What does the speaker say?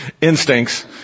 instincts